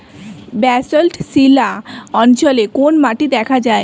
Basalt শিলা অঞ্চলে কোন মাটি দেখা যায়?